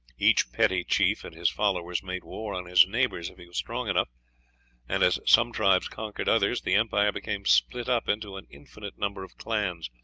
each petty chief and his followers made war on his neighbors if he was strong enough and as some tribes conquered others, the empire became split up into an indefinite number of clans,